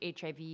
HIV